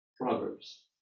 proverbs